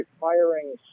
firing